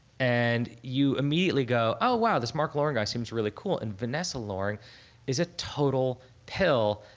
and you immediately go, ah wow, this mark loring guy seems really cool and vanessa loring is a total pill.